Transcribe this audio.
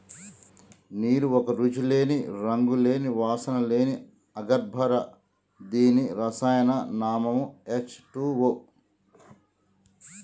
నీరు ఒక రుచి లేని, రంగు లేని, వాసన లేని అకర్బన దీని రసాయన నామం హెచ్ టూవో